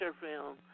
film